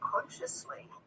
consciously